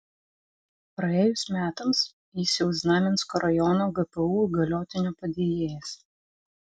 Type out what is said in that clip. praėjus metams jis jau znamensko rajono gpu įgaliotinio padėjėjas